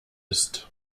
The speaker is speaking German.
ist